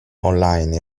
online